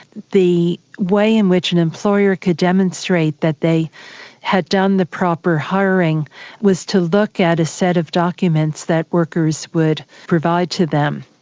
the way in which an employer could demonstrate that they had done the proper hiring was to look at a set of documents that workers would provide to them,